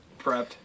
Prepped